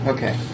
Okay